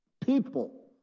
people